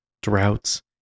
droughts